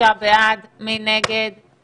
באמת מדובר בתיקון טכני.